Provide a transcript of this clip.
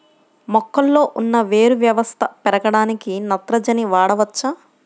మొక్కలో ఉన్న వేరు వ్యవస్థ పెరగడానికి నత్రజని వాడవచ్చా?